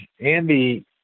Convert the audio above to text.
Andy